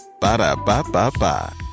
Ba-da-ba-ba-ba